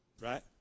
right